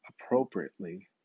appropriately